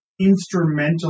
instrumental